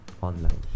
online